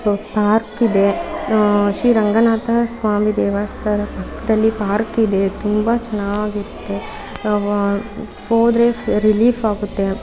ಪಾರ್ಕಿದೆ ಶ್ರೀ ರಂಗನಾಥ ಸ್ವಾಮಿ ದೇವಸ್ಥಾನ ಪಕ್ಕದಲ್ಲಿ ಪಾರ್ಕಿದೆ ತುಂಬ ಚೆನ್ನಾಗಿರುತ್ತೆ ನಾವು ಹೋದ್ರೆ ರಿಲೀಫ್ ಆಗುತ್ತೆ